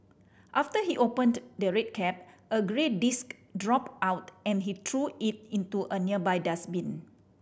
after he opened the red cap a grey disc dropped out and he threw it into a nearby dustbin